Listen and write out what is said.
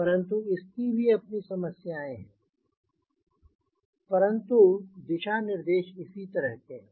परंतु इसकी भी अपनी समस्याएं हैं परंतु दिशा निर्देश इसी तरह के हैं